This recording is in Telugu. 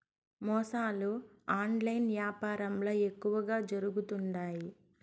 మోసాలు ఆన్లైన్ యాపారంల ఎక్కువగా జరుగుతుండాయి